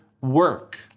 work